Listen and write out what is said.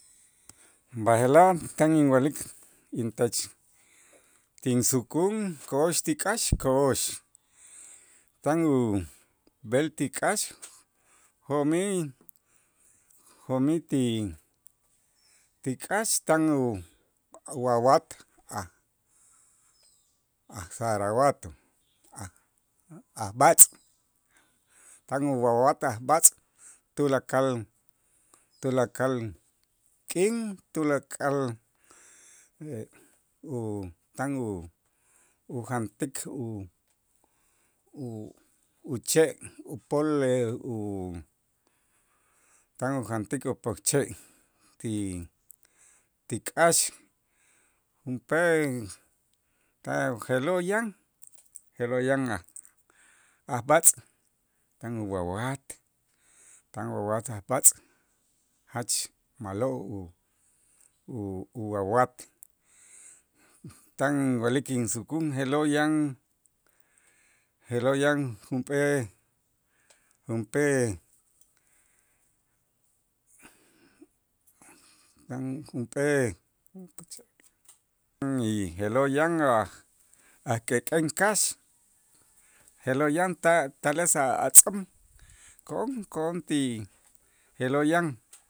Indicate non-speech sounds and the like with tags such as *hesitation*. B'aje'laj tan inwa'lik intech tinsukun ko'ox ti k'aax ko'ox tan ub'el ti k'aax jo'mij jo'mij ti ti k'aax tan uwawat aj- ajsaraguato aj- ajb'aatz' tan uwawat ajb'aatz' tulakal tulakal k'in tulakal *hesitation* u tan u- ujantik u- uche' upol *hesitation* tan ujantik opokche' ti k'aax junp'ee ta uje'lo' yan je'lo' yan aj- ajb'aatz' tan uwawat tan uwawat ajb'aatz' jach ma'lo' u- u- uwawat tan inwa'lik insukun je'lo' yan je'lo' yan junp'ee junp'ee *hesitation* tan junp'ee *noise* *unintelligible* je'lo' yan a' k'ek'en kax je'lo' yan ta- tales a' tz'on ko'on ko'on ti je'lo' yan